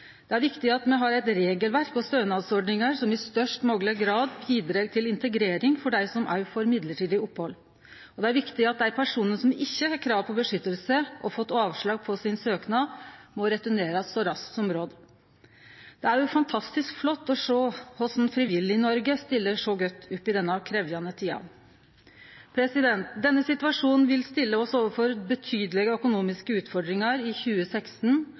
Det er viktig at me har regelverk og stønadsordningar som i størst mogleg grad bidreg til integrering òg av dei som får mellombels opphald, og det er viktig at dei personane som ikkje har krav på beskyttelse, og som har fått avslag på sin søknad, blir returnerte så raskt som råd er. Det er fantastisk flott å sjå korleis Frivillig-Noreg stiller opp i denne krevjande tida. Denne situasjonen vil stille oss overfor betydelege økonomiske utfordringar i 2016